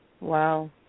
Wow